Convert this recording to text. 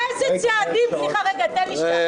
תהיה לרעה לג'ובים שאתה מחלק.